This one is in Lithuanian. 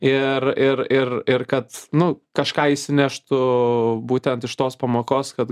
ir ir ir ir kad nu kažką išsineštų būtent iš tos pamokos kad